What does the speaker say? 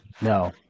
No